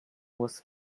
was